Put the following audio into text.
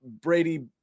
Brady